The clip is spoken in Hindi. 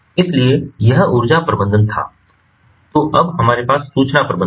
इसलिए यह ऊर्जा प्रबंधन था तो अब हमारे पास सूचना प्रबंधन है